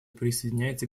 присоединяется